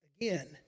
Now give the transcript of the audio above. Again